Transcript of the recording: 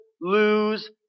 lose